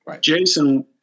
Jason